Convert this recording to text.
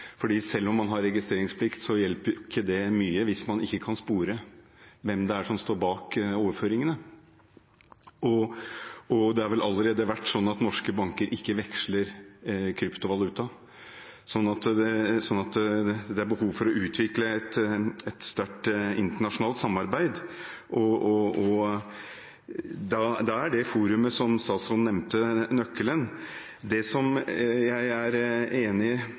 selv om man har registreringsplikt, hjelper det ikke mye hvis man ikke kan spore hvem det er som står bak overføringene. Det er vel allerede slik at norske banker ikke veksler kryptovaluta. Så det er behov for å utvikle et sterkt internasjonalt samarbeid, og da er det forumet som statsråden nevnte, nøkkelen. Jeg er veldig enig i